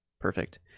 Perfect